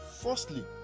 Firstly